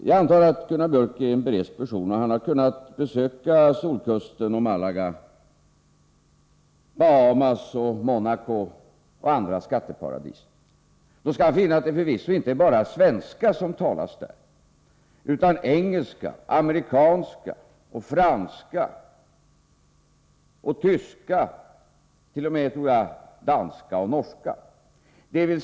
Jag antar att Gunnar Biörck är en berest person och har kunnat besöka Solkusten, Malaga, Bahamas, Monaco och andra skatteparadis. Då skall han finna att det förvisso inte bara är svenska som talas där utan även engelska, amerikanska, franska och tyska — t.o.m., tror jag, danska och norska.